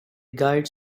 guides